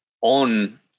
on